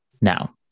Now